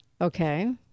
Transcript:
Okay